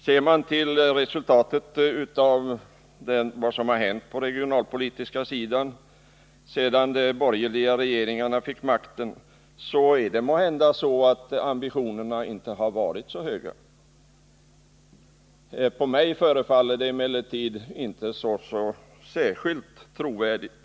Ser man på resultatet av regionalpolitiken sedan de borgerliga regeringarna fick makten, är det måhända så att ambitionerna inte varit så höga. På mig förefaller det emellertid inte så särskilt trovärdigt.